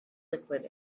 liquid